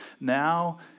now